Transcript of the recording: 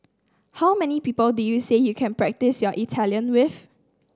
how many people did you say you can practise your Italian with